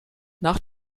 nach